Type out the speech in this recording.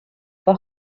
for